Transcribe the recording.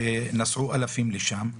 נסעו אלפים לשם.